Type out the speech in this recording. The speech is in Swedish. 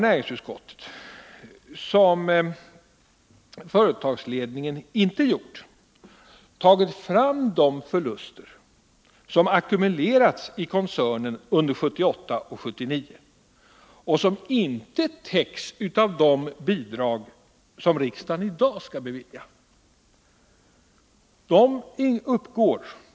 Näringsutskottet har också — vilket företagsledningen inte gjort — tagit fram de förluster som ackumulerats i koncernen under 1978 och 1979 och som inte täcks av de bidrag som riksdagen i dag skall bevilja.